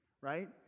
Right